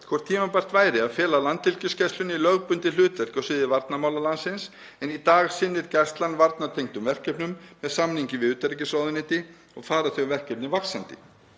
hvort tímabært væri að fela Landhelgisgæslunni lögbundið hlutverk á sviði varnarmála landsins en í dag sinnir gæslan varnartengdum verkefnum með samningi við utanríkisráðuneyti og fara þau verkefni vaxandi.